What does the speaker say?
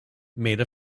made